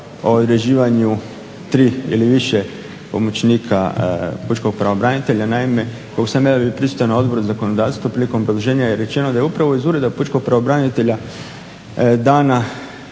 o određivanju tri ili više pomoćnika pučkog pravobranitelja. Naime, koliko sam ja bio prisutan na Odboru za zakonodavstvo, prilikom produženja je rečeno da je upravo iz ureda pučkog pravobranitelja dana